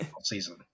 season